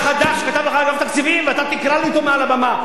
יש לך דף שכתב לך אגף תקציבים ואתה תקרא לי אותו מעל לבמה.